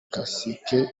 kasike